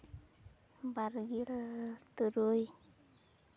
ᱵᱟᱨᱜᱮᱞ ᱛᱩᱨᱩᱭ